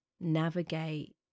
Navigate